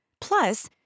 Plus